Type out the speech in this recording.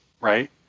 Right